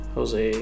Jose